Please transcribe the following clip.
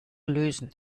lösen